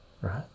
right